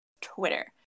Twitter